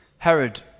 Herod